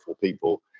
people